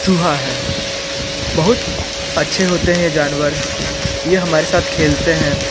चूहा है बहुत अच्छे होते हैं जानवर ये हमारे साथ खेलते हैं